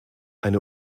eine